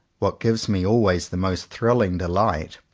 what gives me always the most thrilling delight,